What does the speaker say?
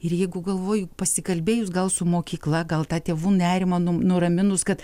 ir jeigu galvoju pasikalbėjus gal su mokykla gal tą tėvų nerimą nu nuraminus kad